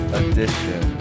edition